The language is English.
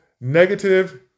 negative